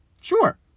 Sure